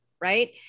right